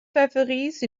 favorisent